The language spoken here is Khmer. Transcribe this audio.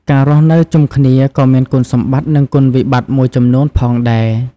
ការរស់នៅជុំគ្នាក៏មានគុណសម្បត្តិនឹងគុណវិបត្តិមួយចំនួនផងដែរ ។